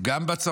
גם בצפון,